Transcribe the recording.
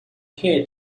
here